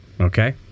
okay